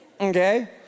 Okay